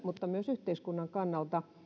mutta myös yhteiskunnan kannalta